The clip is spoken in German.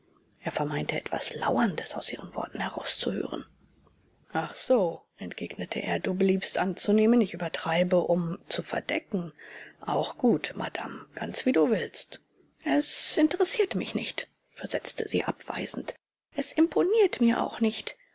er vermeinte etwas lauerndes aus ihren worten herauszuhören ach so entgegnete er du beliebst anzunehmen ich übertreibe um zu verdecken auch gut madame ganz wie du willst es interessiert mich nicht versetzte sie abweisend es imponiert mir auch nicht